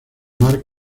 mark